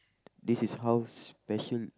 this is how special